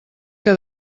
que